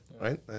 Right